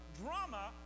drama